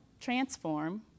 transform